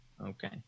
okay